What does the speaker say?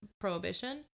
Prohibition